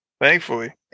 Thankfully